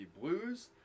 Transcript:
Blues